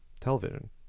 television